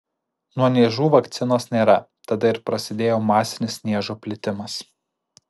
nuo niežų vakcinos nėra tada ir prasidėjo masinis niežo plitimas